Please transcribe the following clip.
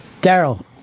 Daryl